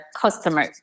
customer